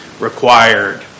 required